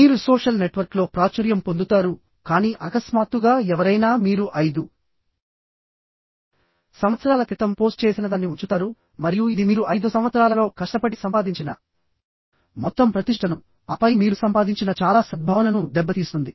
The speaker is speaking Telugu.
మీరు సోషల్ నెట్వర్క్లో ప్రాచుర్యం పొందుతారు కానీ అకస్మాత్తుగా ఎవరైనా మీరు 5 సంవత్సరాల క్రితం పోస్ట్ చేసినదాన్ని ఉంచుతారు మరియు ఇది మీరు 5 సంవత్సరాలలో కష్టపడి సంపాదించిన మొత్తం ప్రతిష్టను ఆపై మీరు సంపాదించిన చాలా సద్భావనను దెబ్బతీస్తుంది